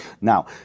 Now